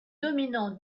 dominants